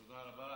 תודה רבה.